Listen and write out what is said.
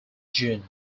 june